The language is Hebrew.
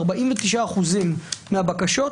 49% מהבקשות,